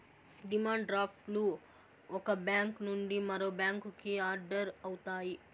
demand draft లు ఒక bank నుండి మరో బ్యాంకుకి ఆర్డర్ అవుతాయి